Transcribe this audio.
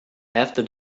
after